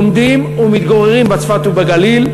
לומדים ומתגוררים בצפת ובגליל,